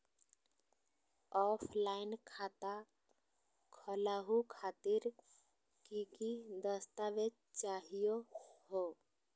Offline खाता खोलहु खातिर की की दस्तावेज चाहीयो हो?